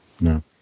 No